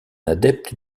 adepte